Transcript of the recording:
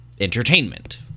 entertainment